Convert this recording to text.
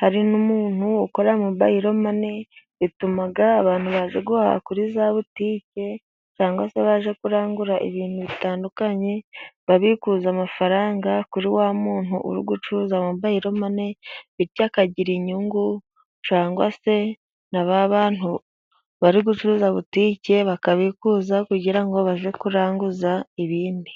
hari n'umuntu ukora mobayiro mani bituma abantu baje guhaha kuri za butike cyangwa se baje kurangura ibintu bitandukanye babikuza amafaranga kuri wa muntu uri gucuruza mobayiro mani bityo akagira inyungu cyangwa se na ba bantu bari gucuruza butike bakabikuza kugira ngo bajye kuranguza ibindi.